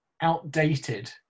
outdated